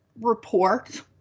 report